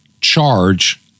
charge